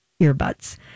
earbuds